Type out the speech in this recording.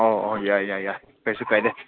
ꯑꯣ ꯑꯣ ꯌꯥꯏ ꯌꯥꯏ ꯌꯥꯏ ꯀꯩꯁꯨ ꯀꯥꯏꯗꯦ